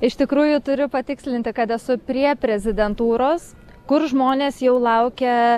iš tikrųjų turiu patikslinti kad esu prie prezidentūros kur žmonės jau laukia